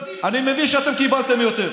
אני מבין שאתם קיבלתם יותר.